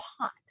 pot